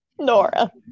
Nora